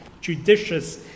Judicious